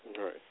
Right